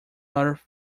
earth